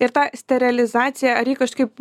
ir ta sterilizacija ar ji kažkaip